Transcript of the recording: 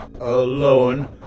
alone